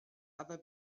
other